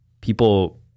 people